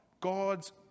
God's